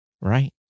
right